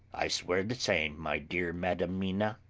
i swear the same, my dear madam mina!